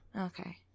Okay